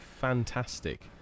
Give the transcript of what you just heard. fantastic